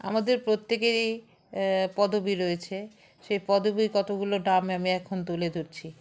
আমাদের প্রত্যেকেরই পদবী রয়েছে সেই পদবী কতগুলো নাম আমি এখন তুলে ধরছি